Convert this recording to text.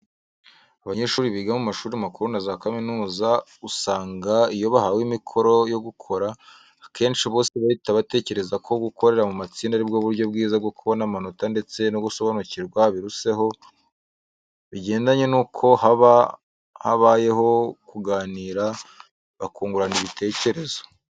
Abanyeshuri biga mu mashuri makuru na za kaminuza, usanga iyo bahawe imikoro yo gukora, akenshi bose bahita batekereza ko gukorera mu matsinda ari bwo buryo bwiza bwo kubona amanota ndetse no gusobanukirwa biruseho, bigendanye nuko haba habayeho kuganira, bakungurana ibitekerezo.